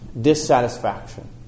dissatisfaction